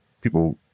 people